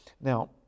Now